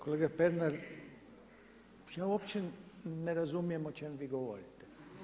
Kolega Pernar, ja uopće ne razumijem o čemu vi govorite.